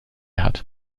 hat